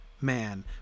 Man